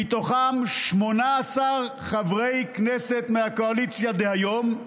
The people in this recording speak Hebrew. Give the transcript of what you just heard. מהם 18 חברי כנסת מהקואליציה דהיום,